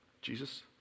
Jesus